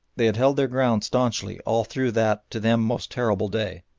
they had held their ground staunchly all through that to them most terrible day,